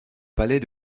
palais